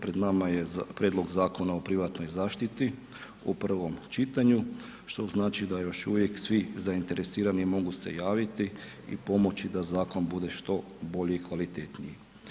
Prema nama je Prijedlog zakona o privatnoj zaštiti u prvom čitanju, što znači da još uvijek svi zainteresirani mogu se javiti i pomoći da zakon bude što bolji i kvalitetniji.